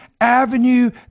Avenue